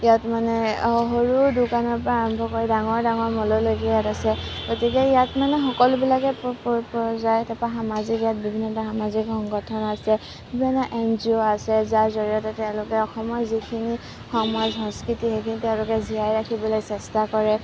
ইয়াত মানে সৰু দোকানৰ পৰা আৰম্ভ কৰি ডাঙৰ ডাঙৰ মললৈকে ইয়াত আছে গতিকে ইয়াত মানে সকলোবিলাকে পোৱা যায় তাৰপৰা সামাজিক বিভিন্ন ধৰণৰ সামাজিক সংগঠন আছে যেনে এন জি অ' আছে যাৰ জড়িয়তে তেওঁলোকে অসমৰ যিখিনি সমাজ সংস্কৃতি সেইখিনি তেওঁলোকে জীয়াই ৰাখিবলৈ চেষ্টা কৰে